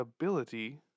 ability